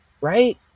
right